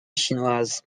chinoise